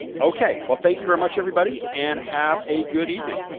okay. well, thank you very much everybody and have a good evening.